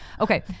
okay